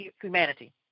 humanity